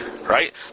Right